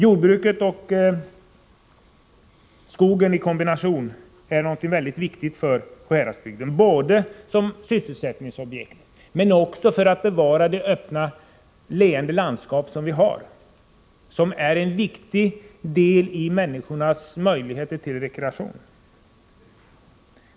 Jordbruket och skogen i kombination är något mycket viktigt för Sjuhäradsbygden, som sysselsättningsobjekt men även för att bevara det öppna, leende landskap som vi har och som är en viktig del i människornas möjligheter till rekreation.